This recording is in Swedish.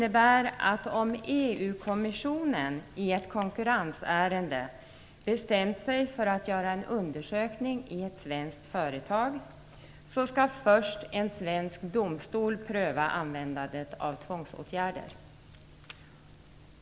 EU-kommissionen i ett konkurrensärende bestämt sig för att göra en undersökning i ett svenskt företag skall en svensk domstol först pröva användandet av tvångsåtgärder.